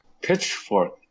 Pitchfork